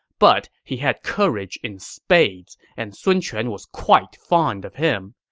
but he had courage in spades, and sun quan was quite fond of him.